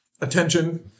attention